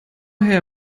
her